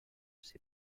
ses